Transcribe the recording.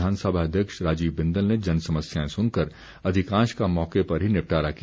विधानसभा अध्यक्ष राजीव बिंदल ने जनसमस्याएं सुनकर अधिकांश का मौके पर ही निपटारा किया